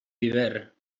viver